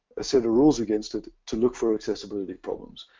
a set of rules against it to look for accessibility problems.